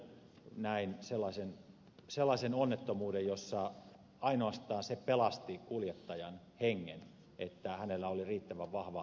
näin sellaisen onnettomuuden jossa ainoastaan se pelasti kuljettajan hengen että hänellä oli riittävän vahva väline